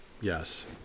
yes